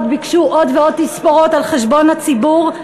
ביקשו עוד ועוד תספורות על-חשבון הציבור,